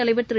தலைவர் திரு